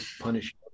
punish